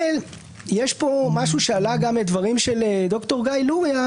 יש פה משהו שעלה גם מהדברים של ד"ר גיא לוריא,